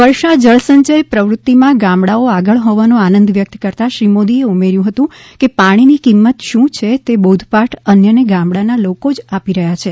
વર્ષા જલસંચય પ્રવૃતિમાં ગામડાઓ આગળ હોવાનો આનંદ વ્યક્ત કરતાં શ્રી મોદીએ ઉમેર્યું હતું કે પાણીની કિંમત શું છે તે બોધપાઠ અન્યને ગામડાના લોકો જ આપી રહ્યા છે